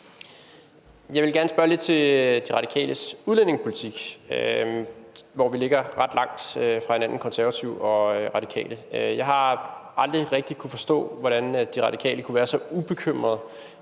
Jeg vil gerne spørge lidt til De Radikales udlændingepolitik, hvor Konservative og Radikale ligger ret langt fra hinanden. Jeg har aldrig rigtig kunnet forstå, hvordan De Radikale kan være så ubekymrede